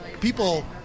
people